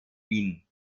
wien